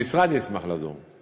המשרד ישמח לעזור.